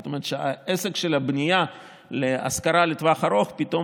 זה אומר שהעסק של הבנייה להשכרה לטווח ארוך פתאום